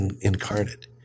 incarnate